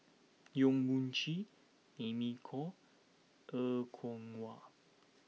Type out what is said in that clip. Yong Mun Chee Amy Khor Er Kwong Wah